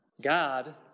God